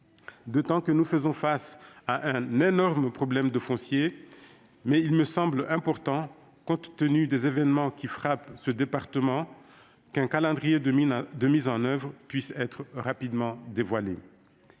d'autant que nous faisons face à un énorme problème de foncier, mais il me semble important, compte tenu des événements qui frappent ce département, qu'un calendrier de mise en oeuvre puisse être rapidement dévoilé.